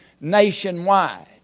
nationwide